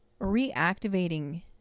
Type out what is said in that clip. reactivating